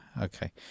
Okay